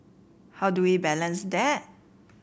how do we balance that